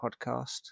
podcast